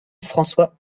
françois